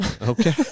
Okay